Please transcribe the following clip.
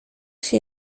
się